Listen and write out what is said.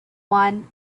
one